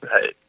Right